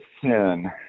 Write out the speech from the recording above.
sin